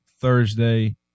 Thursday